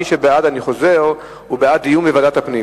ההצעה להעביר את הנושא לוועדת הפנים